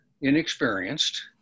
inexperienced